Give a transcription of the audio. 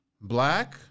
black